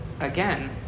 again